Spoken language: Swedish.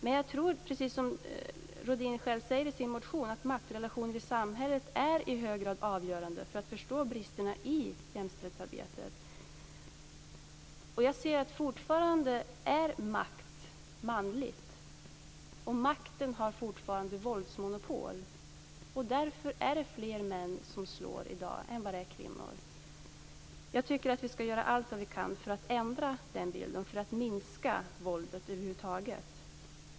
Men jag tror, precis som Rohdin själv säger i sin interpellation, att maktrelationer i samhället i hög grad är avgörande för att förstå bristerna i jämställdhetsarbetet. Jag ser att makt fortfarande är manligt och att makten fortfarande har våldsmonopol. Därför är det fler män än kvinnor som slår i dag. Jag tycker att vi skall göra allt vi kan för att förändra den bilden och minska våldet över huvud taget.